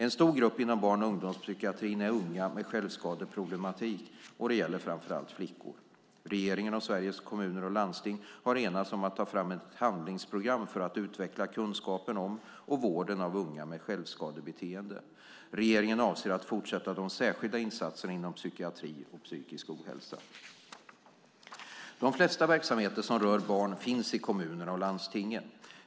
En stor grupp inom barn och ungdomspsykiatrin är unga med självskadeproblematik, och det gäller framför allt flickor. Regeringen och Sveriges Kommuner och Landsting har enats om att ta fram ett handlingsprogram för att utveckla kunskapen om och vården av unga med självskadebeteende. Regeringen avser att fortsätta de särskilda insatserna inom psykiatri och psykisk ohälsa. De flesta verksamheter som rör barn finns i kommunerna och landstingen.